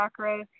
chakras